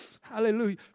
Hallelujah